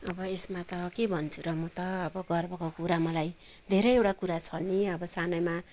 अब यसमा त के भन्छु र म त अब गर्वको कुरा मलाई धेरैवटा कुरा छ नि अब सानैमा